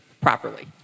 properly